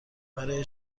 برای